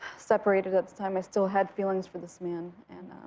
separated at the time, i still had feelings for this man. and.